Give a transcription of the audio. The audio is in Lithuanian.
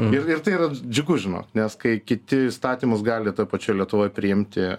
ir ir tai yra džiugus žinok nes kai kiti įstatymus gali toj pačioj lietuvoj priimti